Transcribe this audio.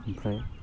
आमफ्राय